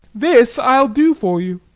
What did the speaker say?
this i'll do for you.